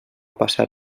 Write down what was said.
passar